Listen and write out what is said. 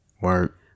Work